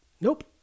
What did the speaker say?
Nope